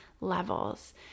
levels